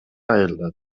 айылда